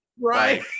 Right